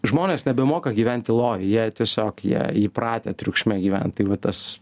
žmonės nebemoka gyvent tyloj jie tiesiog jie įpratę triukšme gyvent tai va tas